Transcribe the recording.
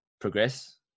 progress